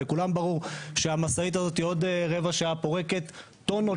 לכולם ברור שהמשאית הזאת עוד רבע שעה פורקת טונות